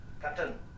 captain